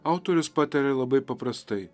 autorius pataria labai paprastai